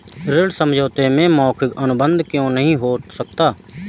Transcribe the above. ऋण समझौते में मौखिक अनुबंध क्यों नहीं हो सकता?